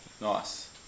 Nice